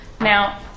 Now